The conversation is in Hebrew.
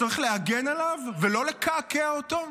שצריך להגן עליו ולא לקעקע אותו?